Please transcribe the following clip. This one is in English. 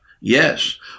Yes